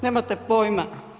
Nemate pojma.